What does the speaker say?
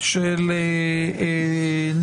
אני לא חושב שיש עוד דובר מן החברה האזרחית שאם נעשה סטטיסטיקות